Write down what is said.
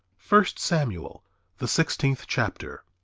first samuel the sixteenth chapter.